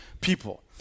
people